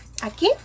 Aquí